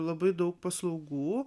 labai daug paslaugų